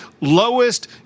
lowest